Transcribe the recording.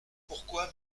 pourquoi